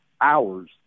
hours